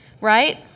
Right